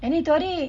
and then itu hari